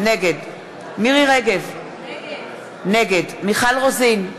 נגד מירי רגב, נגד מיכל רוזין,